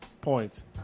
points